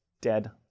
dead